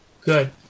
Good